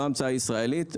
זו לא המצאה ישראלית,